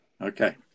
Okay